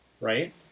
right